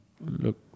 Look